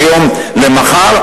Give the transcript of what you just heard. מהיום למחר,